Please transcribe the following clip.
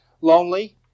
lonely